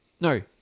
No